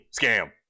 scam